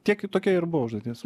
kiek kitokia ir buvo užduotis